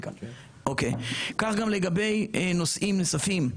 כך גם לגבי נושאים נוספים.